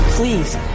Please